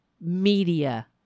media